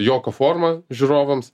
juoko forma žiūrovams